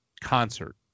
concert